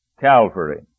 Calvary